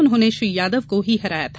उन्होंने श्री यादव को ही हराया था